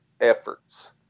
efforts